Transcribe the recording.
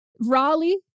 Raleigh